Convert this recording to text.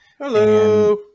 Hello